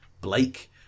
Blake